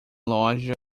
loja